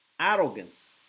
arrogance